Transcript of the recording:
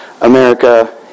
America